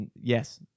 Yes